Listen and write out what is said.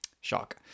Shock